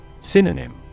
Synonym